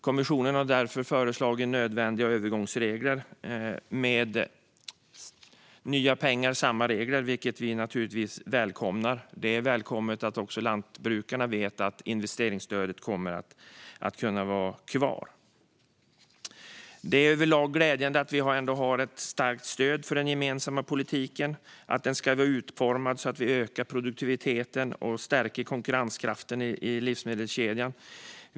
Kommissionen har därför föreslagit nödvändiga övergångsregler med nya pengar och samma regler, vilket vi naturligtvis välkomnar. Det är välkommet att också lantbrukarna vet att investeringsstödet kommer att kunna vara kvar. Det är överlag glädjande att vi har ett starkt stöd för den gemensamma politiken och att den ska vara utformad så att vi ökar produktiviteten och stärker konkurrenskraften i livsmedelskedjan.